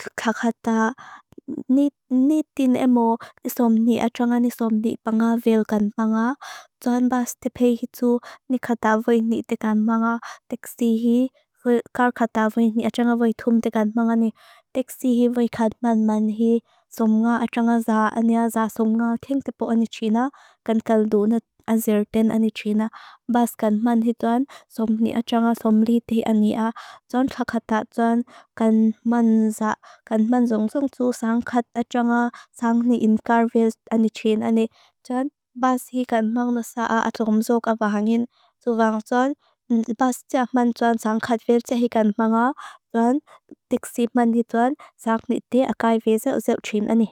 Kakata nit- nitin emo isom ni atrangan isom ni panga vil gan manga, tsuan bas te pehi hitu nikata voi ni te kan manga. Teksi hi, kar kata voi ni atrangan voi tum te kan manga ni, teksi hi voi kad man man hi, som nga atrangan za anea za som nga. Kakata tsuan kan man za, kan man zong zong tsu, sangkat atranga, sang ni in kar vil ani tsin ani. Tsuan bas hi kan mang na saa atrong zo ka pahangin, tsu vang tsuan bas tia man tsuan sangkat vil tia hi kan manga, tsuan teksi man hi tsuan, sang ni te akai veze uzel tsin ani.